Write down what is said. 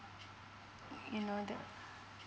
you know the